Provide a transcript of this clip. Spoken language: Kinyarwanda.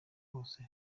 hose